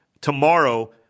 tomorrow